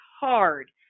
hard